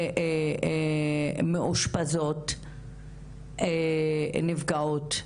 מאושפזות נפגעות?